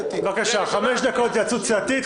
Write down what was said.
חמש דקות הפסקה להתייעצות סיעתית.